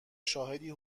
شاهدی